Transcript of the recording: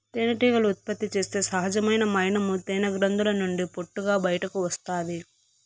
తేనెటీగలు ఉత్పత్తి చేసే సహజమైన మైనము తేనె గ్రంధుల నుండి పొట్టుగా బయటకు వస్తాది